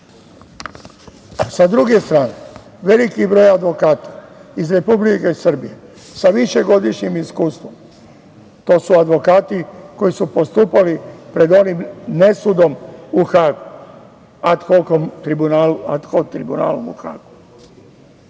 druge strane, veliki broj advokata iz Republike Srbije za višegodišnjim iskustvom, to su advokati koji su postupali pred onim nesudom u Hagu, ad hokom tribunalu u Hagu.